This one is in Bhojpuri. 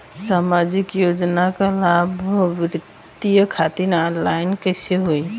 सामाजिक योजना क लाभान्वित खातिर ऑनलाइन कईसे होई?